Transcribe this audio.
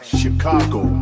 chicago